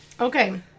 okay